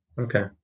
Okay